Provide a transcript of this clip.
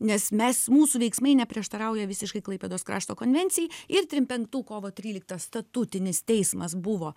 nes mes mūsų veiksmai neprieštarauja visiškai klaipėdos krašto konvencijai ir trim penktų kovo tryliktą statutinis teismas buvo